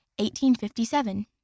1857